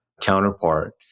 counterpart